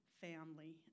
family